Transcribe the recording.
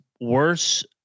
worse